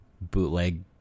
bootleg